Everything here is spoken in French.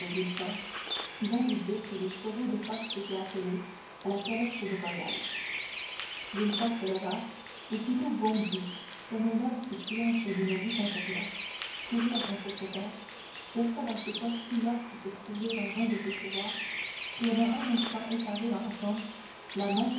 qui vint lui dire que les chevaux de poste étaient attelés à la calèche de voyage villefort se leva ou plutôt bondit comme un homme qui triomphe d'une lutte intérieure courut à son secrétaire versa dans ses poches tout l'or qui se trouvait dans un des tiroirs tourna un instant effaré dans la chambre la main